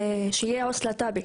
הצורך בעו״ס להט״ב,